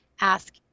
ask